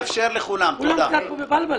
של אדם עם סיגריה